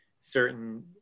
certain